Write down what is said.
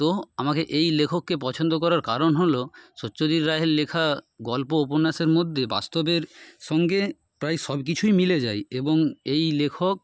তো আমাকে এই লেখককে পছন্দ করার কারণ হলো সত্যজিৎ রায়ের লেখা গল্প উপন্যাসের মধ্যে বাস্তবের সঙ্গে প্রায় সব কিছুই মিলে যায় এবং এই লেখক